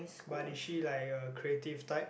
but is she like uh creative type